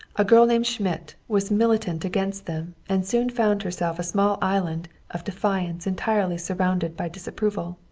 a girl named schmidt was militant against them and soon found herself a small island of defiance entirely surrounded by disapproval.